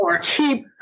keep